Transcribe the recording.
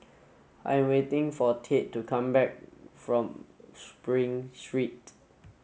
I am waiting for Tate to come back from Spring Street